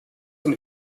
zum